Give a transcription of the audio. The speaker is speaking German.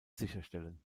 sicherstellen